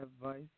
advice